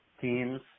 teams